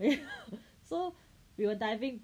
so we were diving